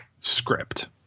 script